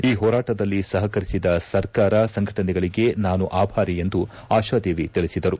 ಈ ಹೋರಾಟದಲ್ಲಿ ಸಹಕರಿಸಿದ ಸರ್ಕಾರ ಸಂಘಟನೆಗಳಿಗೆ ನಾನು ಆಭಾರಿ ಎಂದು ಆಶಾದೇವಿ ತಿಳಿಸಿದರು